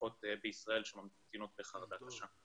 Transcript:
משפחות בישראל שממתינות בחרדה קשה.